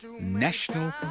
national